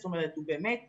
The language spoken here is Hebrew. זאת אומרת, הוא באמת עונה.